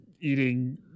eating